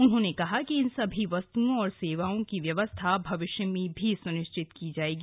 उन्होंने कहा कि इन सभी वस्त्ओं और सेवाओं की व्यवस्था भविष्य में भी स्निश्चित की जाएगी